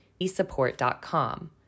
esupport.com